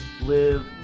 live